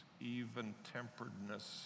even-temperedness